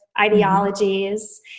ideologies